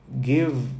give